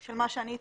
של מה שאני הצעתי?